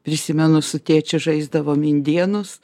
prisimenu su tėčiu žaisdavom indėnus